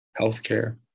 healthcare